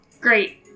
Great